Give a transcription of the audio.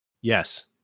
Yes